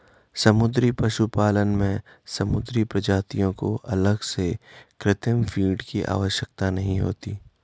समुद्री पशुपालन में समुद्री प्रजातियों को अलग से कृत्रिम फ़ीड की आवश्यकता नहीं होती